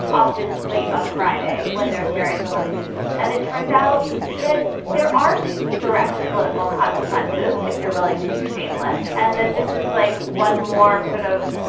often late on a friday when there's very little news. and it turns out that there aren't direct political consequences if you're willing to be shameless and that this is like one more sort of,